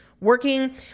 working